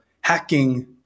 hacking